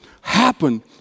happen